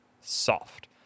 Soft